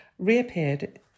reappeared